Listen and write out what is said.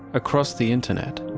across the internet,